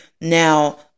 Now